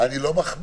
אני לא מחמיר.